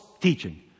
teaching